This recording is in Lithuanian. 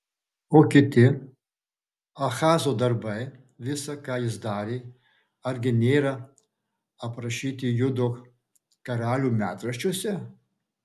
o kiti ahazo darbai visa ką jis darė argi nėra aprašyti judo karalių metraščiuose